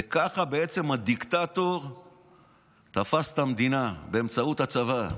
וכך בעצם הדיקטטור תפס את המדינה, באמצעות הצבא.